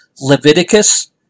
Leviticus